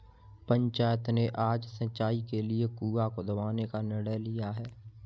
पंचायत ने आज सिंचाई के लिए कुआं खुदवाने का निर्णय लिया है